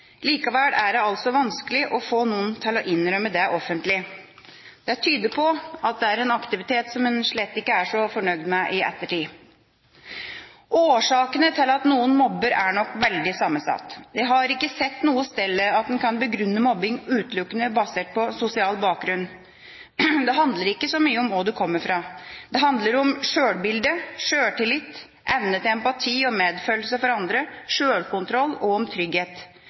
Likevel er det altså vanskelig å få noen til å innrømme det offentlig. Det tyder på at det er en aktivitet en slett ikke er så fornøyd med i ettertid. Årsakene til at noen mobber, er nok veldig sammensatt. Jeg har ikke sett noe sted at man kan begrunne mobbing utelukkende basert på sosial bakgrunn. Det handler ikke så mye om hvor du kommer fra. Det handler om sjølbilde, sjøltillit, evne til empati og medfølelse for andre, sjølkontroll og trygghet.